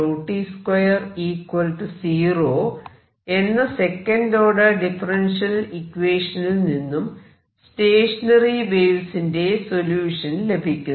2fx2 1v22ft20 എന്ന second order differential ഇക്വേഷനിൽ നിന്നും സ്റ്റേഷനറി വേവ്സിന്റെ സൊല്യൂഷൻ ലഭിക്കുന്നു